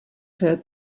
her